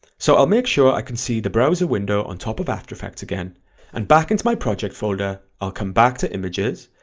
so i'll make sure i can see a browser window on top of after effects again and back into my project folder i'll come back to images,